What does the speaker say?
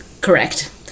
correct